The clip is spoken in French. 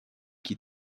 qui